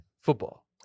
Football